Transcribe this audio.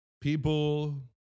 People